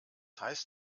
heißt